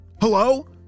Hello